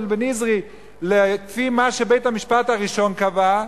בניזרי כפי מה שבית-המשפט הראשון קבע,